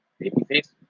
babyface